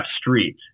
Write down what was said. street